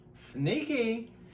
Sneaky